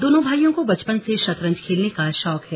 दोनों भाइयों को बचपन से शतरंज खेलने का शौक है